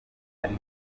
ari